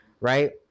Right